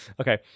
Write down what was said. Okay